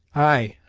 ay,